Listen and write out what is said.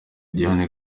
diane